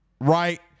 right